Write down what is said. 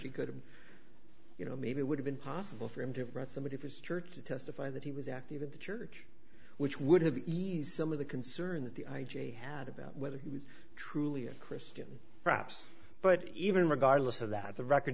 you could you know maybe it would have been possible for him to read somebody of his church to testify that he was active in the church which would have been some of the concern that the i j a had about whether he was truly a christian perhaps but even regardless of that the record